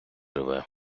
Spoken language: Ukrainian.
рве